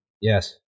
Yes